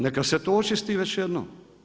Neka se to očisti već jednom.